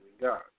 God